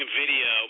video